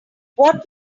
what